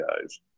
guys